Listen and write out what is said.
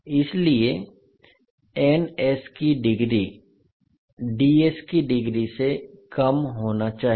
इसीलिए की डिग्री की डिग्री से कम होनी चाहिए